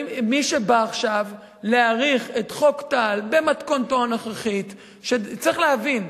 מי שבא עכשיו להאריך את חוק טל במתכונתו הנוכחית צריך להבין,